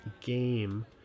game